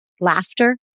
laughter